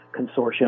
Consortium